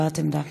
הבעת עמדה.